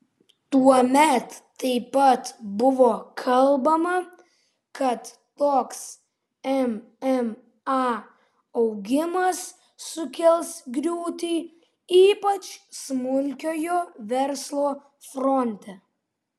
tuomet taip pat buvo kalbama kad toks mma augimas sukels griūtį ypač smulkiojo verslo fronte